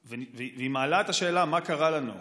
והיא מעלה את השאלה מה קרה לנו,